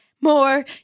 More